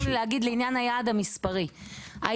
לעניין היעד המספרי, בעיניי,